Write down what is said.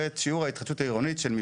ואת שיעור ההתחדשות של מבנים,